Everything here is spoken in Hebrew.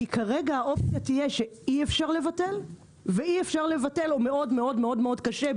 כי כרגע האופציה תהיה שאי-אפשר לבטל או מאוד מאוד קשה,